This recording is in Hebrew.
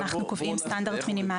אבל אנחנו קובעים סטנדרט מינימלי.